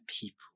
people